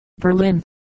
Berlin